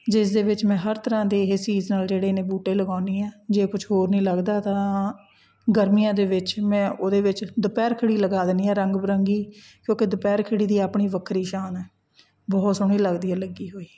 ਜਿਸ ਦੇ ਵਿੱਚ ਮੈਂ ਹਰ ਤਰ੍ਹਾਂ ਦੇ ਇਹ ਸੀਜ਼ਨਲ ਜਿਹੜੇ ਨੇ ਬੂਟੇ ਲਗਾਉਂਦੀ ਹਾਂ ਜੇ ਕੁਝ ਹੋਰ ਨਹੀਂ ਲੱਗਦਾ ਤਾਂ ਗਰਮੀਆਂ ਦੇ ਵਿੱਚ ਮੈਂ ਉਹਦੇ ਵਿੱਚ ਦੁਪਹਿਰ ਖਿੜੀ ਲਗਾ ਦਿੰਦੀ ਹਾਂ ਰੰਗ ਬਿਰੰਗੀ ਕਿਉਂਕਿ ਦੁਪਹਿਰ ਖਿੜੀ ਦੀ ਆਪਣੀ ਵੱਖਰੀ ਸ਼ਾਨ ਹੈ ਬਹੁਤ ਸੋਹਣੀ ਲੱਗਦੀ ਹੈ ਲੱਗੀ ਹੋਈ